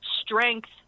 strength